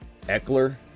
Eckler